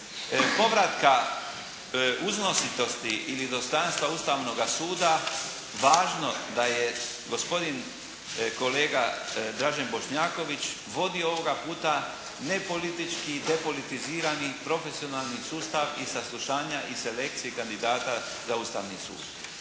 povratka uznositosti ili dostojanstva Ustavnoga suda važno da je gospodin kolega Dražen Bošnjaković vodio ovoga puta ne politički i depolitizirani, profesionalni sustav i saslušanja i selekcije kandidata za Ustavni sud.